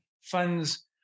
funds